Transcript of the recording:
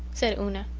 said una.